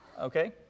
Okay